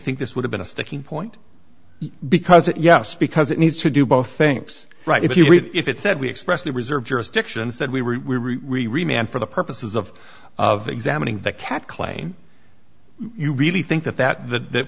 think this would have been a sticking point because it yes because it needs to do both things right if you would if it said we expressly reserve jurisdiction said we we re re re man for the purposes of of examining the cat claim you really think that that that that